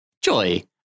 Joy